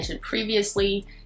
previously